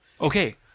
Okay